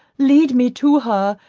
lead me to her,